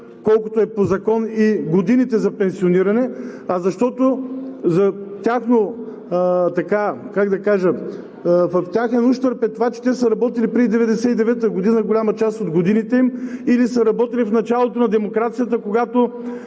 колкото е по закон, и годините за пенсиониране, а защото в техен ущърб е това, че те са работили преди 1999 г., голяма част от годините им, или са работили в началото на демокрацията, когато